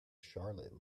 charlotte